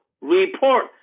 report